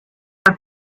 carp